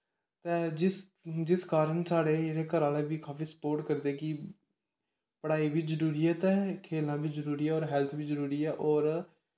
ते जिस जिस कारण साढ़े जेह्ड़े घरै आह्ले बी काफी स्पोर्ट करदे कि पढ़ाई बी जरूरी ऐ ते खेलना बी जरूरी ऐ होर हैल्थ बी जरूरी ऐ होर